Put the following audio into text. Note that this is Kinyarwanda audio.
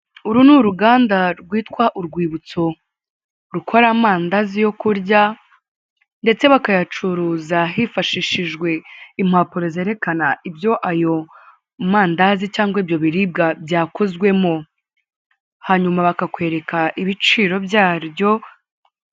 Uri ni uruganda rwitwa Urwibutso, rukora amandazi yo kurya, ndetse bakayacuruza hifashishijwe impapuro zerekana ibyo ayo madazi cyangwa ibyo biribwa byakozwemo. Hanyuma bakakwereka ibiciro byaryo,